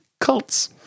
Cults